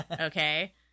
okay